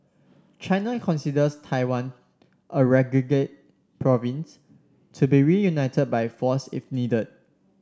China considers Taiwan a renegade province to be reunited by force if needed